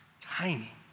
tiny